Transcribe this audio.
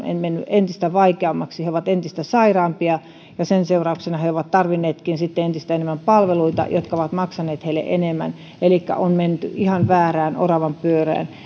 entistä vaikeammaksi he ovat entistä sairaampia ja sen seurauksena he ovat tarvinneetkin sitten entistä enemmän palveluita jotka ovat maksaneet heille enemmän elikkä on menty ihan väärään oravanpyörään